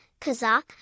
Kazakh